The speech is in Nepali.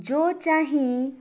जो चाहिँ